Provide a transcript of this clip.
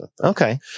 Okay